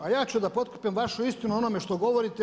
A ja ću da potkrijepim vašu istinu o onome što govorite.